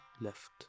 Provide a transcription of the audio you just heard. left